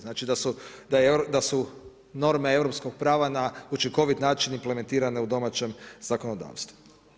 Znači, da su norme europskog prava na učinkovit način implementirane u domaćem zakonodavstvu.